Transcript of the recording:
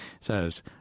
says